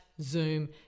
zoom